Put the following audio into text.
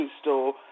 store